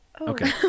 Okay